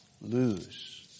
lose